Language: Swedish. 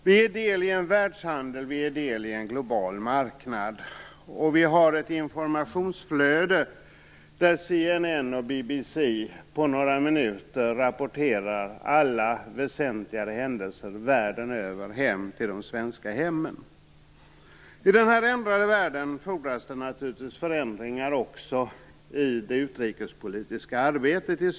Vi är del av en världshandel, vi är del av en global marknad och vi har ett informationsflöde där CNN och BBC på efter några minuter kan rapportera alla väsentligare händelser världen över till de svenska hemmen. I denna förändrade värld fordras naturligtvis förändringar också av Sveriges utrikespolitiska arbete.